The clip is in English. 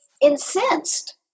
incensed